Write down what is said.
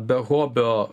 be hobio